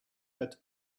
but